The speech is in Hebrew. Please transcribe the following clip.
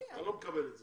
אני לא מקבל את זה.